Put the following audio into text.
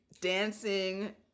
dancing